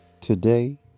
Today